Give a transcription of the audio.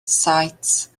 saets